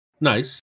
nice